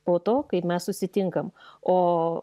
po to kai mes susitinkam o